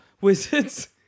wizards